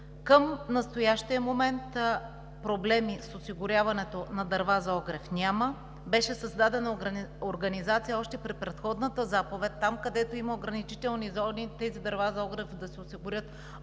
към настоящия момент проблеми с осигуряването на дърва за огрев няма. Беше създадена организация още при предходната заповед – там, където има ограничителни зони, тези дърва за огрев да се осигурят